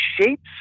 shapes